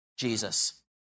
Jesus